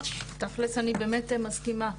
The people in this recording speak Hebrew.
תכלס אני באמת מסכימה.